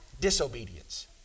disobedience